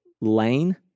lane